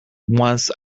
once